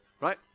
right